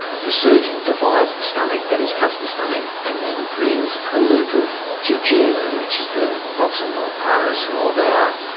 the surgeon divides the stomach, that is cuts the stomach, and then brings a loop of duodenum, which is the proximal part of the small bowel,